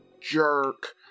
jerk